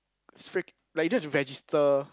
like you don't have to register